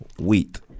Wheat